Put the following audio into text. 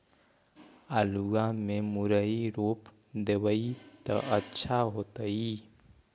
आलुआ में मुरई रोप देबई त अच्छा होतई?